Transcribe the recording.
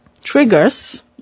triggers